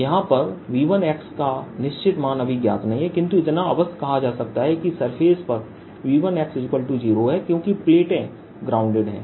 यहां पर V1 का निश्चित मान अभी ज्ञात नहीं है किंतु इतना अवश्य कहा जा सकता है कि सरफेस पर V10 है क्योंकि प्लेटें ग्राउंडेड हैं